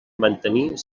mantenir